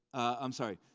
i'm sorry,